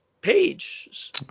page